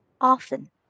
Often